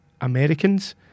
Americans